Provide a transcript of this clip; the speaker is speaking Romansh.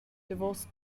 davos